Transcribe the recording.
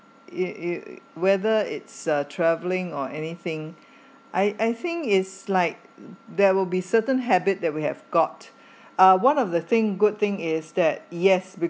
you you whether it's a travelling or anything I I think it's like there will be certain habit that we have got uh one of the thing good thing is that yes